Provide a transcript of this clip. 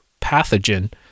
pathogen